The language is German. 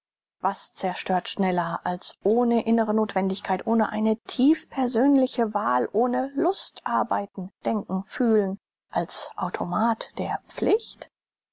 was zerstört schneller als ohne innere notwendigkeit ohne eine tief persönliche wahl ohne lust arbeiten denken fühlen als automat der pflicht